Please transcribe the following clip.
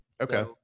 Okay